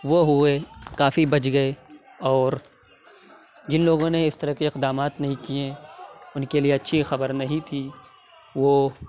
وہ ہوئے کافی بچ گئے اور جن لوگوں نے اِس طرح کے اقدامات نہیں کئے اُن کے لیے اچھی خبر نہیں تھی وہ